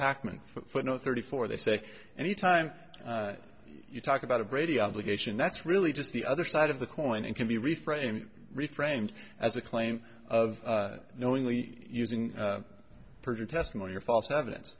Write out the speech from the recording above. packman for no thirty four they say any time you talk about a brady obligation that's really just the other side of the coin and can be reframed reframed as a claim of knowingly using perjured testimony or false evidence